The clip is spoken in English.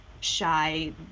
shy